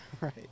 Right